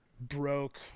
broke